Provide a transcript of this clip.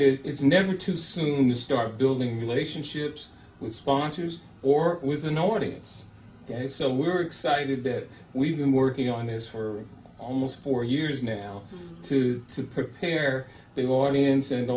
it's never too soon to start building relationships with sponsors or with an audience so we're excited that we've been working on is for almost four years now to to prepare the audience and